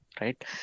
right